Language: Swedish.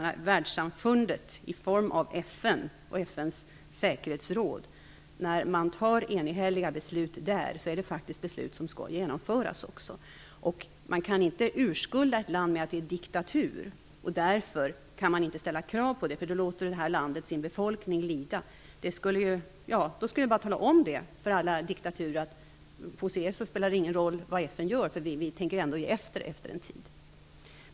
När världssamfundet i form av FN och FN:s säkerhetsråd fattar enhälliga beslut är det faktiskt beslut som skall genomföras också. Man kan inte urskulda ett land med att det är en diktatur och säga att det därför inte går att ställa krav på det, eftersom landet då skulle låta sin befolkning lida. Då skulle vi säga till alla diktaturer: Det spelar ingen roll vad FN gör hos er. Vi tänker ändå ge med oss efter en tid.